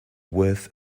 worth